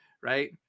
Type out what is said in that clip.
Right